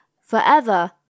forever